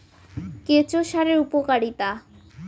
কেঁচো সারের উপকারিতা?